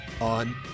on